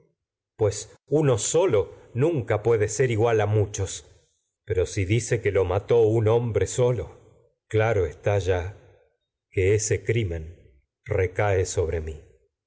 pues solo lo puede ser igual a muchos pero si dice que mató un hombre solo claro está yocasta ya que pues ese crimen que recae sobre mi